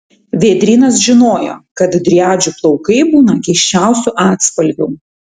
vėdrynas žinojo kad driadžių plaukai būna keisčiausių atspalvių